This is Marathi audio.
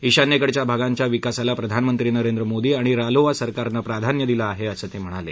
ईशान्येकडच्या भागांच्या विकासाला प्रधानमंत्री नरेंद्र मोदी आणि रालोआ सरकारनं प्राधान्य दिलं आहे असं ते म्हणाले